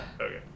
okay